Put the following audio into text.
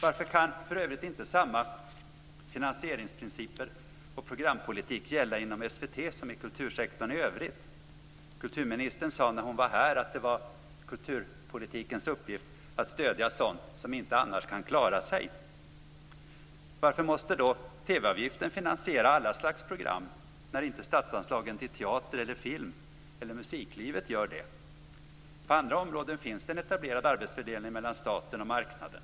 Varför kan för övrigt inte samma finansieringsprinciper och programpolitik gälla inom SVT som i kultursektorn i övrigt? Kulturministern sade när hon var här att det var kulturpolitikens uppgift att stödja sådant som annars inte kan klara sig. Varför måste då TV-avgiften finansiera alla slags program när inte statsanslagen till teater eller film eller musiklivet gör det? På andra områden finns det en etablerad arbetsfördelning mellan staten och marknaden.